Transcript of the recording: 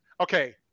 okay